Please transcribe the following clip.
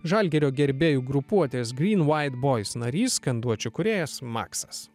žalgirio gerbėjų grupuotės gryn uait boiz narys skanduočių kūrėjas maksas